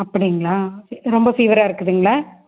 அப்படிங்களா ரொம்ப ஃபீவராக இருக்குதுங்களா